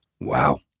Wow